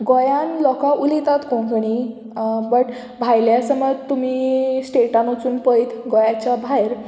गोंयान लोकां उलयतात कोंकणी बट भायल्या समज तुमी स्टेटान वचून पळयत गोंयाच्या भायर